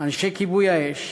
אנשי כיבוי האש,